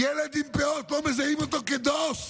ילד עם פאות לא מזהים אותו כדוס?